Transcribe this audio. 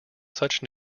such